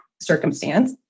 circumstance